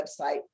website